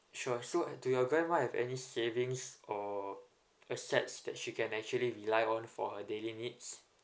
sure so do your grandma have any savings or assets that she can actually rely on for her daily needs